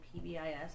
PBIS